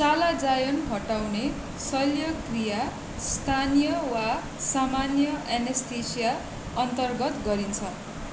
चालाजायोन हटाउने शल्यक्रिया स्थानीय वा सामान्य एनेस्थेसिया अन्तर्गत गरिन्छ